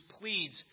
pleads